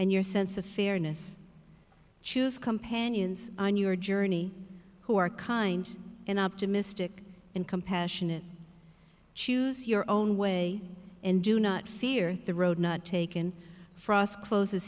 and your sense of fairness choose companions on your journey who are kind and optimistic and compassionate choose your own way and do not fear the road not taken frost closes